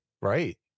Right